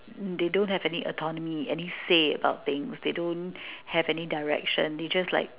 they don't have any autonomy any say about things they don't have any direction they just like